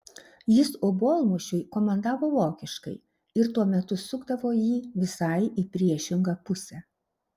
jis obuolmušiui komandavo vokiškai ir tuo metu sukdavo jį visai į priešingą pusę